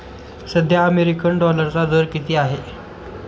सध्या अमेरिकन डॉलरचा दर किती आहे?